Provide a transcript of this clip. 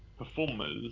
performers